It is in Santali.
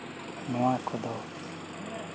ᱱᱚᱣᱟ ᱠᱚᱫᱚ